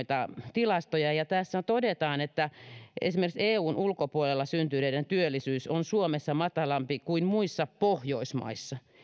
tilastoja ja tässä todetaan esimerkiksi että eun ulkopuolella syntyneiden työllisyys on suomessa matalampi kuin muissa pohjoismaissa